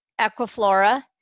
Equiflora